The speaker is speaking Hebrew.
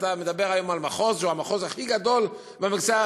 ואתה מדבר היום על מחוז שהוא המחוז הכי גדול בכלל,